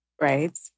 right